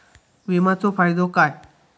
विमाचो फायदो काय?